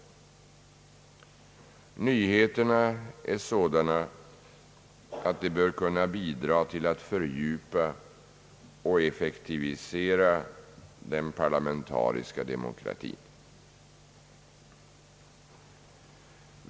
Nyheterna är sådana att de bör kunna bidra till att fördjupa och effektivisera den parlamentariska demokratin.